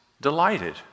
delighted